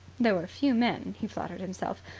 there were few men, he flattered himself,